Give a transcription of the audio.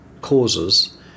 causes